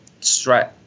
strat